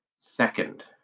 Second